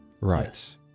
right